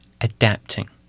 adapting